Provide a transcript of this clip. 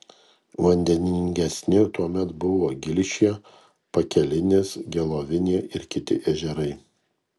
vandeningesni tuomet buvo gilšė pakelinis gelovinė ir kiti ežerai